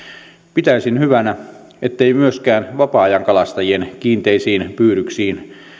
pitäisin hyvänä ettei myöskään vapaa ajankalastajien kiinteisiin pyydyksiin